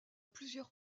plusieurs